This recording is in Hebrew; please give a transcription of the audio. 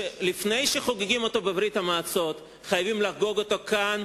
שלפני שחוגגים אותו בברית-המועצות חייבים לחגוג אותו כאן,